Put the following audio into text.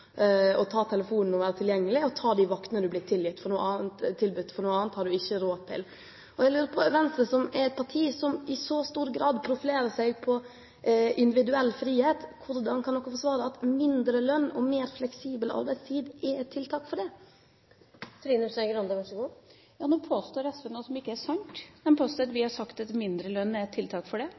å ta telefonen, være tilgjengelig og ta de vaktene du blir tilbudt – noe annet har du ikke råd til. Venstre som er et parti som i så stor grad profilerer seg på individuell frihet – hvordan kan dere forsvare at mindre lønn og mer fleksibel arbeidstid er et tiltak for det? Nå påstår SV noe som ikke er sant: De påstår at vi har sagt at mindre lønn er et tiltak for individuell frihet. Det er ikke et tiltak for det.